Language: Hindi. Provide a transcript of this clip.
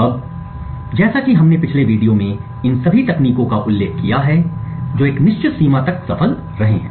अब जैसा कि हमने पिछले वीडियो में इन सभी तकनीकों का उल्लेख किया है जो एक निश्चित सीमा तक सफल रहे हैं